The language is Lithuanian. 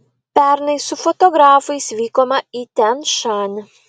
pernai su fotografais vykome į tian šanį